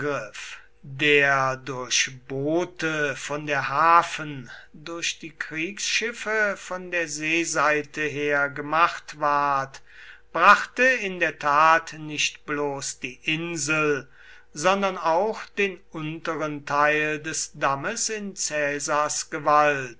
der durch boote von der hafen durch die kriegsschiffe von der seeseite her gemacht ward brachte in der tat nicht bloß die insel sondern auch den unteren teil des dammes in caesars gewalt